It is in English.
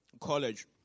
college